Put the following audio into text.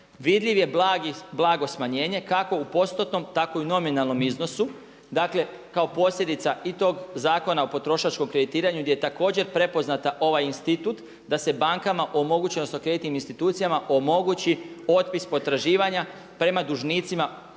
Vidljiv je blagi, blago smanjenje kako u postotnom, tako i u nominalnom iznosu. Dakle, kao posljedica i tog Zakona o potrošačkom kreditiranju gdje je također prepoznat ovaj institut da se bankama omogući, odnosno kreditnim institucijama omogući otpis potraživanja prema dužnicima